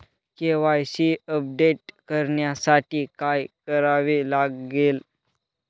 KYC update करण्यासाठी काय करावे लागेल?